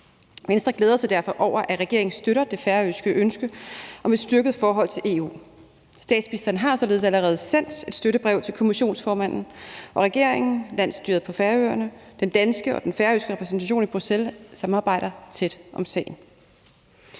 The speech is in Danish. Venstre glæder sig derfor over, at regeringen støtter det færøske ønske om et styrket forhold til EU. Statsministeren har således allerede sendt et støttebrev til kommissionsformanden, og regeringen, landsstyret på Færøerne og den danske og færøske repræsentation i Bruxelles samarbejder tæt om sagen.